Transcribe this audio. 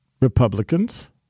Republicans